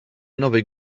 nowej